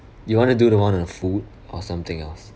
you want to do the one on food or something else